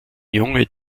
junge